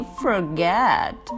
forget